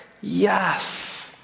yes